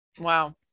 Wow